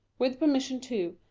with permission, too,